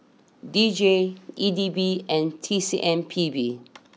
D J E D B and T C M P B